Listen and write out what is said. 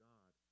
God